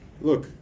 look